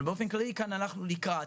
אבל באופן כללי כאן הלכנו לקראת,